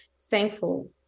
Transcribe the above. thankful